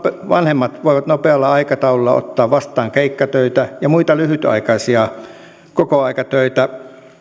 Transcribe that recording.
vanhemmat voivat nopealla aikataululla ottaa vastaan keikkatöitä ja muita lyhytaikaisia kokoaikatöitä